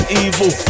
evil